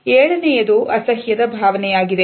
ಏಳನೆಯದು ಅಸಹ್ಯದ ಭಾವನೆಯಾಗಿದೆ